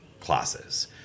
classes